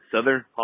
Southern